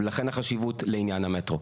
לכן החשיבות לעניין המטרו.